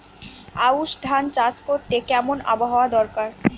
আউশ ধান চাষ করতে কেমন আবহাওয়া দরকার?